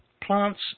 Plants